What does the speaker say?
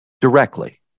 directly